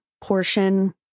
portion